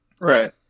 Right